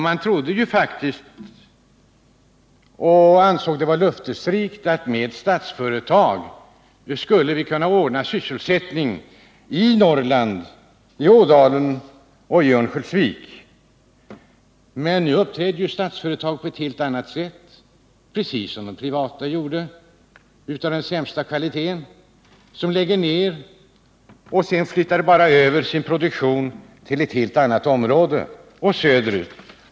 Man trodde faktiskt att Statsföretag skulle kunna ordna sysselsättning i Norrland, i Ådalen och Örnsköldsvik. Men nu uppträder Statsföretag på ett helt annat sätt, precis som de privata av sämsta kvalitet gjorde: man lägger ner och flyttar över produktion till ett helt annat område, söderut.